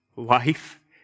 life